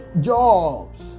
jobs